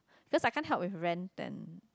just I can't help with rental